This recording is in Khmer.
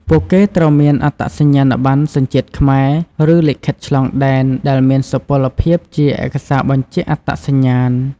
ពួកគេត្រូវមានអត្តសញ្ញាណបណ្ណសញ្ជាតិខ្មែរ ឬលិខិតឆ្លងដែនដែលមានសុពលភាពជាឯកសារបញ្ជាក់អត្តសញ្ញាណ។